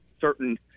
certain